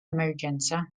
emerġenza